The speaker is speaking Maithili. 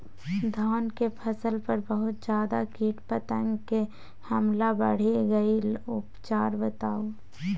धान के फसल पर बहुत ज्यादा कीट पतंग के हमला बईढ़ गेलईय उपचार बताउ?